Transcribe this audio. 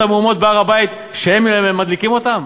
המהומות בהר-הבית שהם מדליקים אותן?